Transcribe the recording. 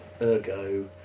ergo